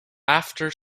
after